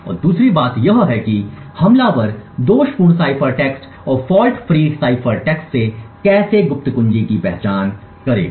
और दूसरी बात यह है कि हमलावर दोषपूर्ण साइफर टेक्स्ट और फॉल्ट फ्री साइफर टेक्स्ट से कैसे गुप्त कुंजी की पहचान करेगा